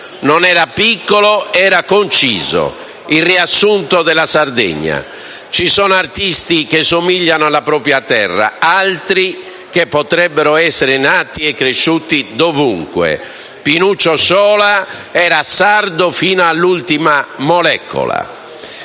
Non era piccolo: era conciso. Il riassunto della Sardegna. Ci sono artisti che somigliano alla propria terra, altri che potrebbero essere nati e cresciuti dovunque. Pinuccio Sciola era sardo fino all'ultima molecola».